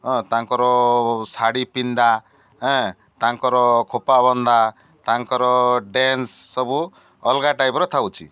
ହଁ ତାଙ୍କର ଶାଢ଼ୀ ପିନ୍ଧା ଏଁ ତାଙ୍କର ଖୋପାବନ୍ଧା ତାଙ୍କର ଡେନ୍ସ ସବୁ ଅଲଗା ଟାଇପର ଥାଉଚି